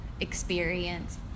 experience